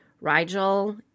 Rigel